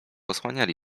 osłaniali